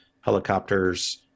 helicopters